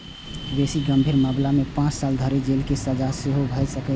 बेसी गंभीर मामला मे पांच साल धरि जेलक सजा सेहो भए सकैए